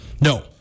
No